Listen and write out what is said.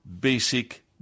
basic